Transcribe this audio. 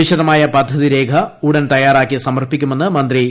വിശദമായ പദ്ധതിരേഖ ഉടൻ തയാറാക്കി സമർപ്പിക്കുമെന്ന് മന്ത്രി ശ്രീ